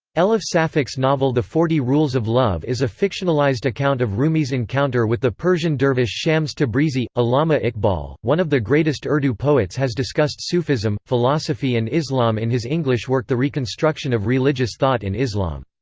elif safak's novel the forty rules of love is a fictionalized account of rumi's encounter with the persian dervish shams tabrizi allama iqbal, one of the greatest urdu poets has discussed sufism, philosophy and islam in his english work the reconstruction of religious thought in islam.